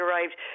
arrived